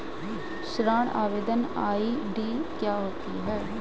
ऋण आवेदन आई.डी क्या होती है?